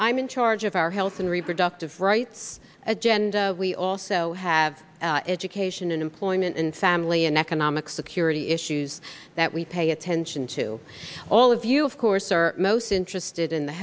i'm in charge of our health and reproductive rights agenda we also have education and employment and family and economic security issues that we pay attention to all of you of course are most interested in the